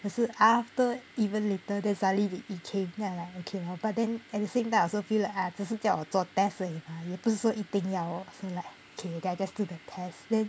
可是 after even later then suddenly it it came then I like okay lor but then at the same time I also feel like ah 只是叫做 test 而已嘛不是说一定要 like okay I just do the test then